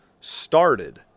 started